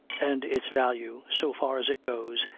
and its value, so far as it goes,